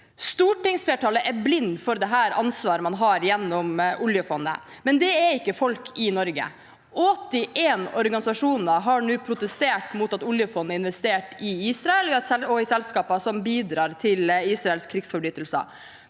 Stortingsflertallet er blinde for det ansvaret man har gjennom oljefondet, men folk i Norge er ikke det. 81 organisasjoner har nå protestert mot at oljefondet er investert i Israel og i selskaper som bidrar til Israels krigsforbrytelser.